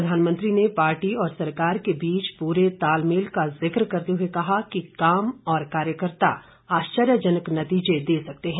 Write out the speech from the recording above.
प्रधानमंत्री ने पार्टी और सरकार के बीच पूरे तालमेल का जिक्र करते हुए कहा कि काम और कार्यकर्ता आश्चर्यजनक नतीजे दे सकते हैं